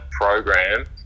program